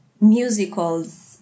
musicals